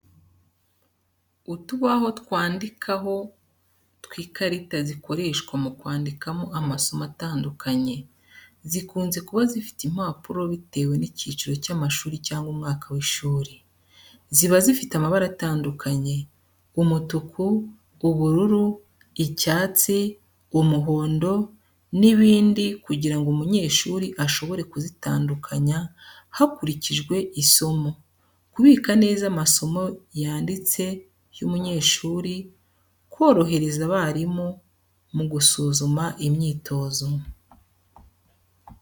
Utubaho twandikaho tw'ikarita zikoreshwa mu kwandikamo amasomo atandukanye. Zikunze kuba zifite impapuro bitewe n’icyiciro cy’amashuri cyangwa umwaka w’ishuri. Ziba zifite amabara atandukanye: umutuku, ubururu, icyatsi, umuhondo, n’ibindi, kugira ngo umunyeshuri ashobore kuzitandukanya hakurikijwe isomo, kubika neza amasomo yanditse y’umunyeshuri, korohereza abarimu mu gusuzuma imyitozo.